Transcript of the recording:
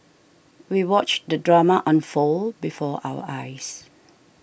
we watched the drama unfold before our eyes